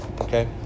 Okay